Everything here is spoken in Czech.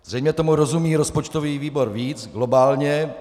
Zřejmě tomu rozumí rozpočtový výbor víc, globálně.